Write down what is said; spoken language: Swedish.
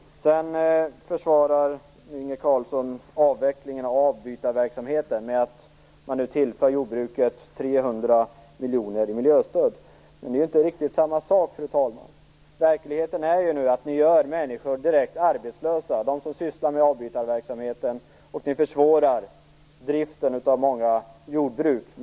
Inge Carlsson försvarar avvecklingen av avbytarverksamheten med att man tillför jordbruket 300 miljoner i miljöstöd. Det är inte riktigt samma sak. Verkligheten är den att ni gör människor direkt arbetslösa, dem som sysslar med avbytarverksamheten. Det försvårar driften av många jordbruk.